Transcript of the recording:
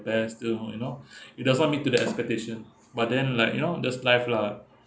there's still you know it does not meet to the expectation but then like you know that's life lah